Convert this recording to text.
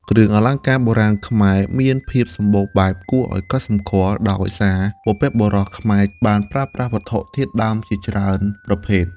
គ្រឿងអលង្ការបុរាណខ្មែរមានភាពសម្បូរបែបគួរឱ្យកត់សម្គាល់ ដោយសារបុព្វបុរសខ្មែរបានប្រើប្រាស់វត្ថុធាតុដើមជាច្រើនប្រភេទ។